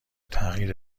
تغییر